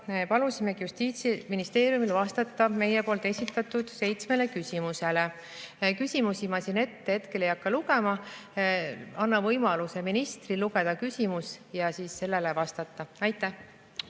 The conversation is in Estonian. palusime Justiitsministeeriumil vastata meie poolt esitatud seitsmele küsimusele. Küsimusi ma siin ette hetkel ei hakka lugema, annan võimaluse ministrile lugeda küsimus ja siis sellele vastata. Aitäh!